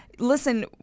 Listen